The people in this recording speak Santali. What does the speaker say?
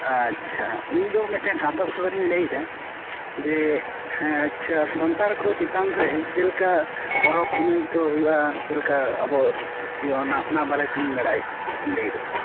ᱟᱪᱪᱷᱟ ᱤᱧᱫᱚ ᱢᱤᱫᱴᱟᱝ ᱥᱟᱶᱛᱟ ᱥᱩᱥᱟ ᱨᱤᱣᱟ ᱧ ᱞᱟ ᱭᱮᱫᱟ ᱡᱮ ᱦᱮᱸ ᱟᱪᱪᱷᱟ ᱥᱟᱱᱛᱟᱲ ᱠᱚ ᱪᱮᱛᱟᱱᱨᱮ ᱪᱮᱞᱮᱠᱟ ᱯᱚᱨᱚᱵᱽ ᱯᱩᱱᱟ ᱭ ᱠᱚ ᱦᱩᱭᱩᱜᱼᱟ ᱪᱮᱞᱮᱠᱟ ᱟᱵᱚᱣᱟᱜ ᱦᱩᱭᱩᱜᱼᱟ ᱚᱱᱟ ᱚᱱᱟ ᱵᱟᱨᱮᱛᱮᱧ ᱵᱟᱰᱟᱭ ᱞᱟ ᱜᱤᱫᱚᱜ ᱠᱟᱱᱟ